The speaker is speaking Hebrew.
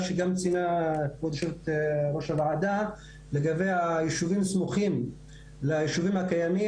מה שגם ציינה יו"ר הוועדה לגבי היישובים הסמוכים ליישובים הקיימים,